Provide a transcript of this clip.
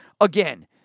Again